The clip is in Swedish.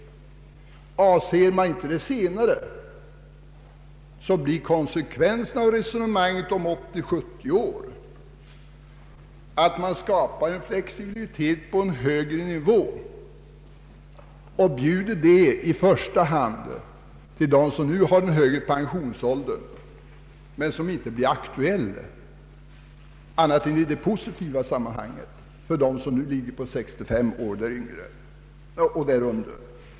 Avser man inte det senare blir konsekvensen av resonemanget om en flexibel pensionsålder upp till 70 år skapandet av en flexibilitet på en högre nivå. Det bjuder man i första hand ut till dem som nu har hög pensionsålder. En sådan flexibilitet bör inte bli aktuell annat än i det positiva sammanhanget, d.v.s. för dem som nu får pension vid 65 års ålder eller tidigare.